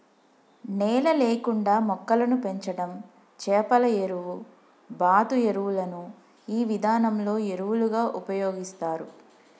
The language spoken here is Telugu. నేల లేకుండా మొక్కలను పెంచడం చేపల ఎరువు, బాతు ఎరువులను ఈ విధానంలో ఎరువులుగా ఉపయోగిస్తారు